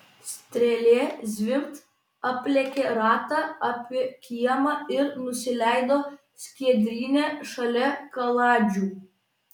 strėlė zvimbt aplėkė ratą apie kiemą ir nusileido skiedryne šalia kaladžių